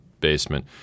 basement